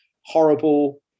horrible